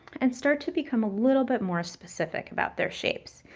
and start to become a little bit more specific about their shapes.